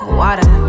water